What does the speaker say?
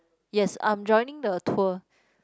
yes I'm joining the tour